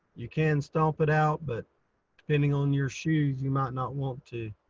you can stomp it out, but depending on your shoes, you might not want to.